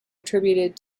attributed